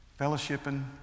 fellowshipping